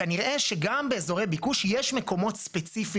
כנראה שגם באזורי ביקוש יש מקומות ספציפיים